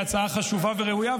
היא הצעה חשובה וראויה,